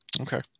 Okay